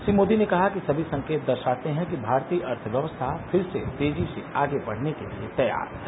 श्री मोदी ने कहा कि सभी संकेत दर्शाते हैं कि भारतीय अर्थव्यवस्था फिर से तेजी से आगे बढने के लिए तैयार हैं